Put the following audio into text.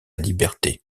liberté